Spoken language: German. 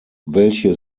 welche